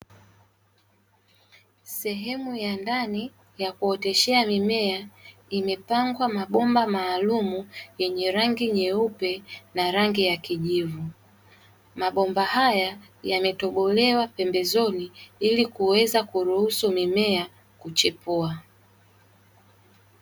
Sehemu ya ndani ya kuoteshea mimea, imepangwa mabomba maalumu yenye rangi nyeupe na rangi ya kijivu. Mabomba haya yametobolewa pembezoni ili kuweza kuruhusu mimea kuchipua.